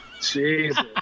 Jesus